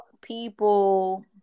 people